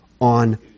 on